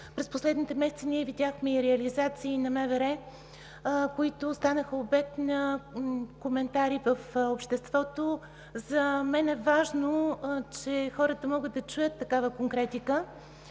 През последните месеци ние видяхме и реализации на МВР, които станаха обект на коментари в обществото. За мен е важно, че хората могат да чуят такава конкретика.